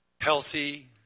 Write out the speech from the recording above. healthy